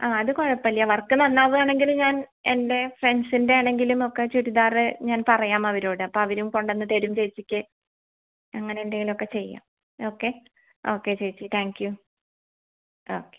ആ അത് കുഴപ്പമില്ല വർക്ക് നന്നാവുകയാണെങ്കിൽ ഞാൻ എൻ്റെ ഫ്രണ്ട്സിൻറെ ആണെങ്കിലും ഒക്കെ ചുരിദാർ ഞാൻ പറയാം അവരോട് അപ്പം അവരും കൊണ്ടുവന്ന് തരും ചേച്ചിക്ക് അങ്ങനെ എന്തെങ്കിലുമൊക്കെ ചെയ്യാം ഓക്കെ ഓക്കെ ചേച്ചി താങ്ക് യൂ ഓക്കെ